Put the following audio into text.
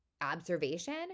observation